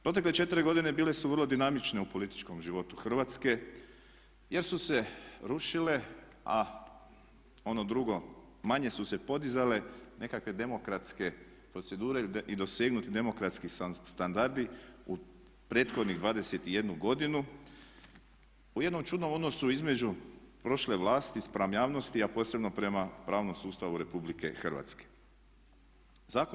Protekle 4 godine bile su vrlo dinamične u političkom životu Hrvatske, jer su se rušile, a ono drugo manje su se podizale nekakve demokratske procedure i dosegnuti demokratski standardi u prethodnih 21 godinu u jednom čudnom odnosu između prošle vlasti spram javnosti, a posebno prema pravnom sustavu Republike Hrvatske.